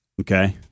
okay